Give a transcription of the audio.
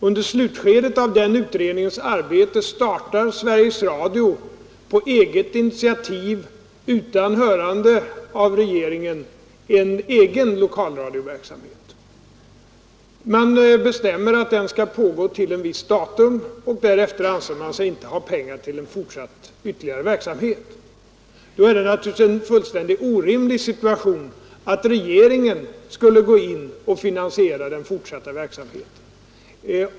Under slutskedet av den utredningens arbete startade Sveriges Radio på eget initiativ och utan hörande av regeringen en egen lokal radioverksamhet. Man bestämmer att den skall pågå till ett visst datum, och därefter anser man sig inte ha pengar till fortsatt verksamhet. Då är det naturligtvis fullständigt orimligt att regeringen skulle gå in och finansiera den fortsatta verksamheten!